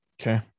Okay